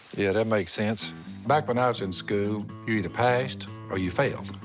yeah, that makes sense. back when i was in school, you either passed or you failed.